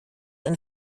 eine